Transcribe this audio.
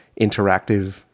interactive